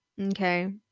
Okay